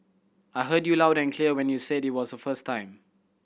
I heard you loud and clear when you said it was the first time